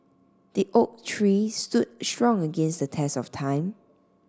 the oak tree stood strong against the test of time